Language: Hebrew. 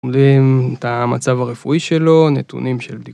אומדים את המצב הרפואי שלו, נתונים של בדיקות.